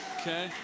Okay